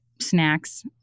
snacks